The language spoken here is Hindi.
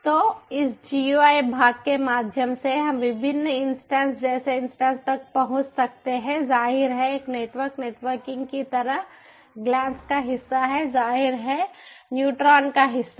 तो इस GUI भाग के माध्यम से हम विभिन्न इन्स्टन्स जैसे इन्स्टन्स तक पहुँच सकते हैं जाहिर है एक नेटवर्क नेटवर्किंग की तरह ग्लैन्स का हिस्सा है जाहिर है न्यूट्रॉन का हिस्सा